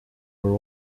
were